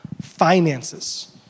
finances